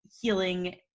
healing